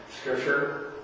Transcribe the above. scripture